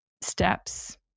steps